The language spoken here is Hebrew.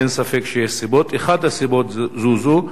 אין ספק שיש סיבות, אחת הסיבות זו זו.